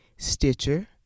Stitcher